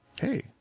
hey